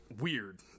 weird